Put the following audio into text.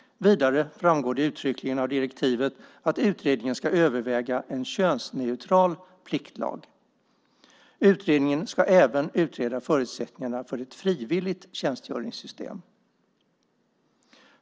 Vidare framgår det uttryckligen av direktivet att utredningen ska överväga en könsneutral pliktlag. Utredningen ska även utreda förutsättningarna för ett frivilligt tjänstgöringssystem.